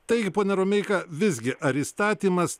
taigi pone romeika visgi ar įstatymas